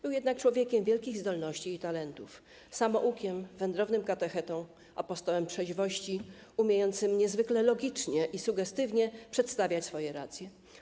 Był jednak człowiekiem wielkich zdolności i talentów, samoukiem, wędrownym katechetą, apostołem trzeźwości umiejącym niezwykle logicznie i sugestywnie przedstawiać swoje racje.